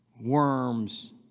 Worms